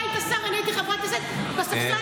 אתה היית שר ואני הייתי חברת כנסת בספסל האחרון,